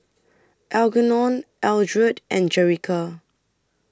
Algernon Eldred and Jerica